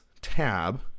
tab